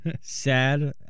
Sad